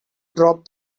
drop